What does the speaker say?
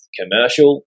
commercial